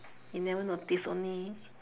you never notice only